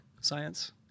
science